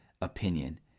opinion